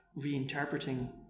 reinterpreting